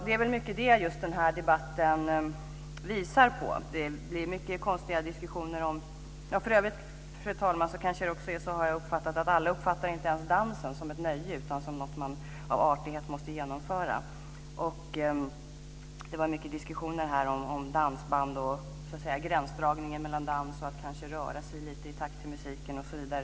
Det är väl mycket det som just den här debatten visar på. För övrigt, fru talman, har jag förstått att alla uppfattar inte ens dansen som ett nöje, utan en del uppfattar den som något som man av artighet måste genomföra. Det var mycket diskussioner här om dansband och gränsdragningen mellan dans och att kanske röra sig lite i takt till musiken osv.